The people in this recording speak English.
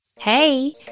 Hey